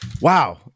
Wow